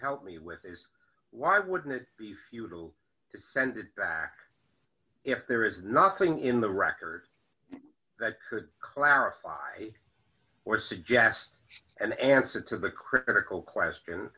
help me with is why wouldn't it be futile to send it back if there is nothing in the record that could clarify or suggest an answer to the critical question